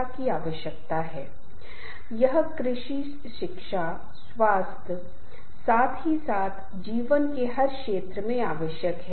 यहां मैं समूहों के प्रकारों पर थोड़ी चर्चा करना चाहूंगा समूह विभिन्न प्रकार के होते हैं